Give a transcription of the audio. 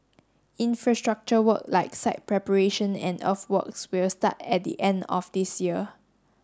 infrastructure work like site preparation and earthworks will start at the end of this year